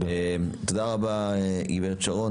תודה רבה, גברת שרון.